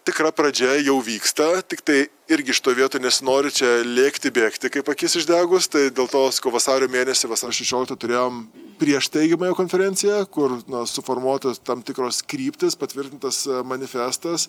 tikra pradžia jau vyksta tiktai irgi šitoj vietoj nesinori čia lėkti bėgti kaip akis išdegus tai dėl to sakau vasario mėnesį vasario šešioliktą turėjom prieš steigiamąją konferenciją kur na suformuotos tam tikros kryptys patvirtintas manifestas